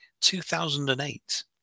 2008